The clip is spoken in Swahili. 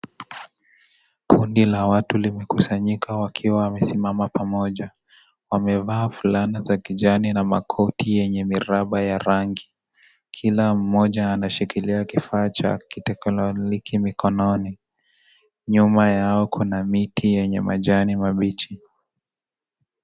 Kundi la watu limekusanyika wakiwa wamesimama pamoja, wamevaa fulana za kijani na makoti yenye miramba ya rangi. Kila mmoja anashikilia kifaa cha kiteknoliki mikononi. Nyuma yao kuna miti yenye majani mambichi.